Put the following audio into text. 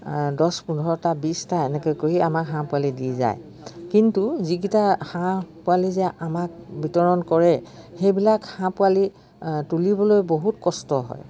দহ পোন্ধৰটা বিছটা এনেকৈ কৰি আমাক হাঁহ পোৱালি দি যায় কিন্তু যিকেইটা হাঁহ পোৱালি যে আমাক বিতৰণ কৰে সেইবিলাক হাঁহ পোৱালি তুলিবলৈ বহুত কষ্ট হয়